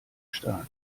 staat